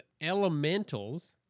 elementals